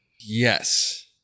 Yes